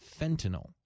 fentanyl